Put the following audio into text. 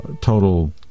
total